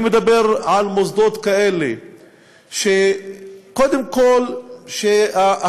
אני מדבר על מוסדות כאלה שקודם כול המרצים,